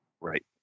Right